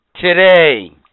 today